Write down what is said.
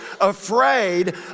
afraid